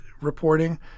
reporting